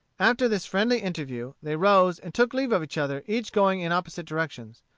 after this friendly interview, they rose and took leave of each other, each going in opposite directions.